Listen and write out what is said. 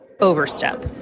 overstep